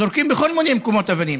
זורקים בכל מיני מקומות אבנים,